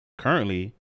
currently